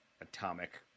atomic